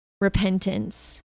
repentance